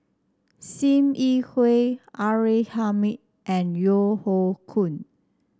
Sim Yi Hui R A Hamid and Yeo Hoe Koon